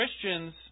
Christians